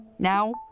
Now